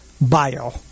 bio